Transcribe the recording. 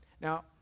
now